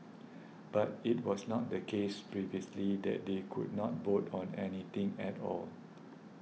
but it was not the case previously that they could not vote on anything at all